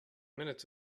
minutes